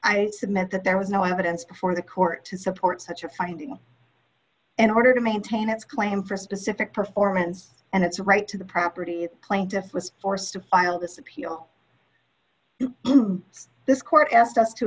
i submit that there was no evidence before the court to support such a finding an order to maintain its claim for specific performance and its right to the property the plaintiff was forced to file this appeal this court asked us to